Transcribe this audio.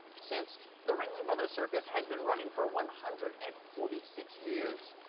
since the ringling brothers circus has been running for one hundred and forty six years.